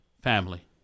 family